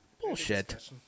Bullshit